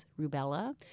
rubella